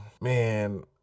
man